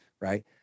right